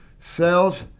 Cells